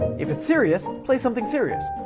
if it's serious, play something serious,